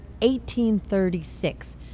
1836